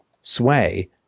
sway